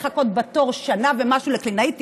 לחכות בתור שנה ומשהו לקלינאית תקשורת,